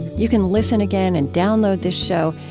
you can listen again and download this show,